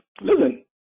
Listen